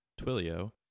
Twilio